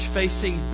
facing